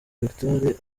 victoire